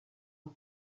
les